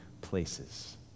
places